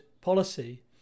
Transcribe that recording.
policy